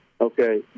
Okay